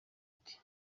ati